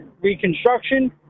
reconstruction